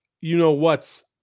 you-know-whats